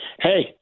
Hey